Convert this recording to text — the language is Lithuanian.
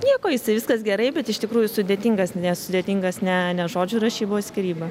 nieko jisai viskas gerai bet iš tikrųjų sudėtingas nes sudėtingas ne ne žodžių rašyba o skyryba